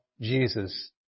Jesus